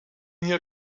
hier